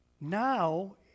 now